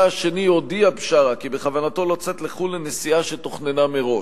השני הודיע בשארה כי בכוונתו לצאת לחו"ל לנסיעה שתוכננה מראש.